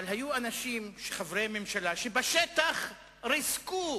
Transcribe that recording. אבל היו אנשים, חברי ממשלה, שבשטח ריסקו